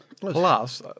Plus